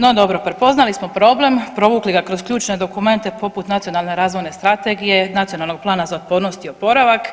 No dobro, prepoznali smo problem, provukli ga kroz ključne dokumente poput Nacionalne razvojne strategije, Nacionalnog plana za otpornost i oporavak